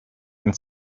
and